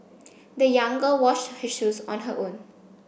the young girl washed her shoes on her own